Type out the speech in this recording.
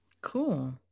Cool